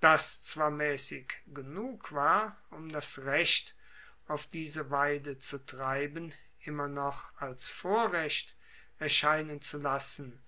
das zwar maessig genug war um das recht auf diese weide zu treiben immer noch als vorrecht erscheinen zu lassen